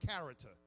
character